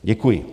Děkuji.